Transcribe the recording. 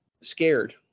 scared